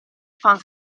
fan